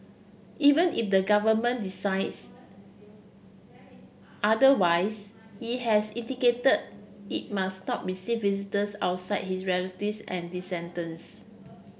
even if the government decides otherwise he has indicated it must not receive visitors outside his relatives and descendants